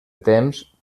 temps